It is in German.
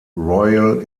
royal